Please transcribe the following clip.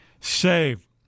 Save